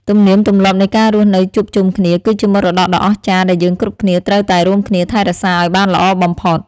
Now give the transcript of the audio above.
ទំនៀមទម្លាប់នៃការរស់នៅជួបជុំគ្នា គឺជាមរតកដ៏អស្ចារ្យដែលយើងគ្រប់គ្នាត្រូវតែរួមគ្នាថែរក្សាឱ្យបានល្អបំផុត។